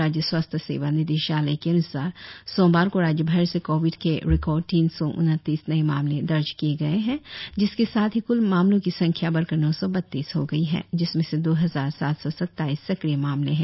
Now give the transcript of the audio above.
राज्य स्वास्थ्य सेवा निदेशालय के अन्सार सोमवार को राज्यभर से कोविड के रिकॉर्ड तीन सौ उनतीस नए मामलो दर्ज कि गए जिसके साथ ही क्ल मामलो की संख्या बढ़कर नौ सौ बत्तीस हो गई है जिसमें से दो हजार सात सौ सत्ताईस सक्रिय मामले है